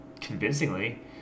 convincingly